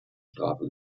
strafe